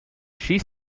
she